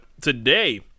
today